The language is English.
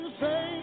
say